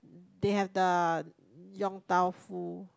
they have the Yong-Tau-Foo